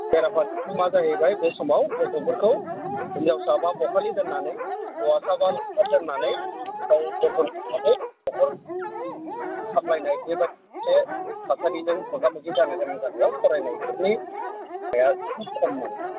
बेरा फारसेथिं मा जाहैबाय बे समाव गथ'फोरखौ हिन्जावसाबा बखालि दोननानै हौवासाबा लावखार दोननानै गाव बेथन मोननानै न'खर सामलायनाय बेबायदि मोनसे थासारिजों मोगा मोगि जानो गोनां जानायाव फरायनायफोरनि फिथाइया बिदिनो खममोन